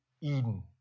Eden